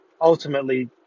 ultimately